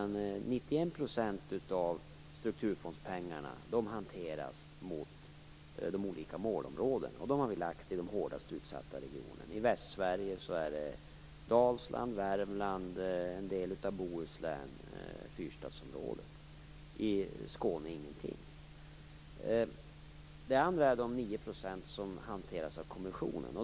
91 % av strukturfondspengarna hanteras mot de olika målområdena. Dem har vi lagt i de hårdast utsatta regionerna. I Västsverige är det Dalsland, Värmland, en del av Bohuslän och fyrstadsområdet. I Skåne är det ingenting. De andra 9 % hanteras av kommissionen.